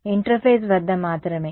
విద్యార్థి ఇంటర్ఫేస్లో మాత్రమేనా